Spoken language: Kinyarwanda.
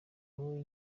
wowe